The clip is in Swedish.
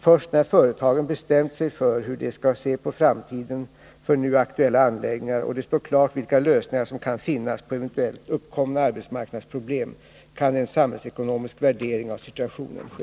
Först när företagen bestämt sig för hur de skall se på framtiden för nu aktuella anläggningar och det står klart vilka lösningar som kan finnas på eventuellt uppkomna arbetsmarknadsproblem kan en samhällsekonomisk värdering av situationen ske.